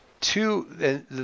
two